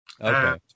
Okay